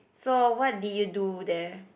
so what did you do there